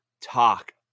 talk